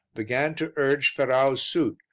began to urge ferrau's suit,